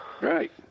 Right